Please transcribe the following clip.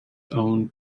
owned